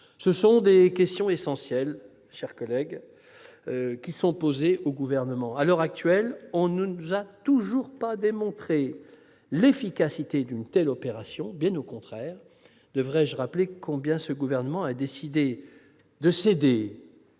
Ce sont des questions essentielles qui sont posées au Gouvernement, lequel, à l'heure actuelle, ne nous a toujours pas démontré l'efficacité d'une telle opération. Bien au contraire ! Dois-je rappeler comment ce gouvernement a décidé de céder